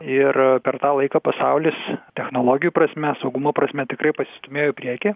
ir per tą laiką pasaulis technologijų prasme saugumo prasme tikrai pasistūmėjo į priekį